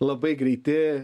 labai greiti